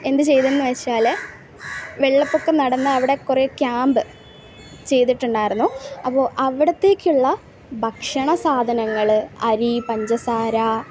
എന്ത് ചെയ്തെന്ന് വെച്ചാൽ വെള്ളപ്പൊക്കം നടന്ന അവിടെ കുറെ ക്യാമ്പ് ചെയ്തിട്ടുണ്ടായിരുന്നു അപ്പോൾ അവിടുത്തേക്കുള്ള ഭക്ഷണ സാധനങ്ങൾ അരി പഞ്ചസാര